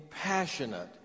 passionate